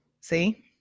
See